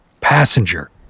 passenger